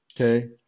Okay